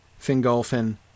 Fingolfin